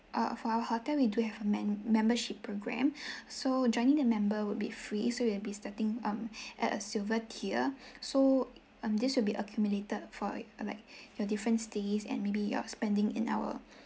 err for our hotel we do have a mem~ membership program so joining the member would be free so it'll be starting um at a silver tier so um this will be accumulated for uh like your different stays and maybe your spending in our